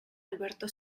alberto